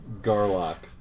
Garlock